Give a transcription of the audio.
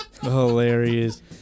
Hilarious